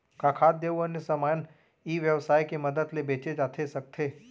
का खाद्य अऊ अन्य समान ई व्यवसाय के मदद ले बेचे जाथे सकथे?